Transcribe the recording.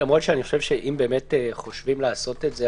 למרות שאם באמת חושבים לעשות את זה,